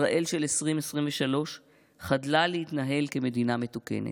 ישראל של 2023 חדלה להתנהל כמדינה מתוקנת.